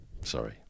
sorry